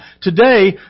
Today